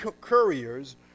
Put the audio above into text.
couriers